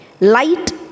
light